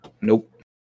Nope